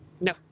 No